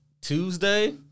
Tuesday